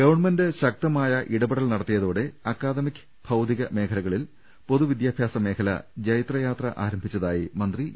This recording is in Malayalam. ഗവൺമെന്റ് ശക്തമായ ഇടപെടൽ നടത്തിയതോടെ അക്കാദമിക് ഭൌതിക മേഖലകളിൽ പൊതു വിദ്യാഭ്യാസ മേഖല ജൈത്രയാത്ര ആരംഭിച്ചതായി മന്ത്രി ഇ